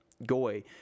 Goy